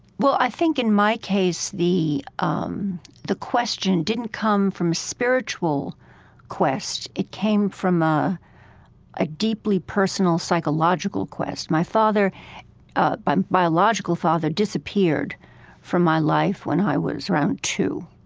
well, i think in my case the um the question didn't come from a spiritual quest it came from ah a deeply personal psychological quest. my father ah my biological father disappeared from my life when i was around two.